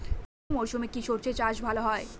রবি মরশুমে কি সর্ষে চাষ ভালো হয়?